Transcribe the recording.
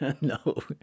No